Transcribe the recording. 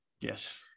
Yes